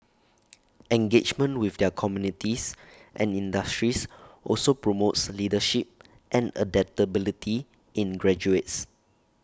engagement with their communities and industries also promotes leadership and adaptability in graduates